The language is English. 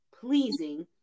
pleasing